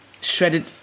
Shredded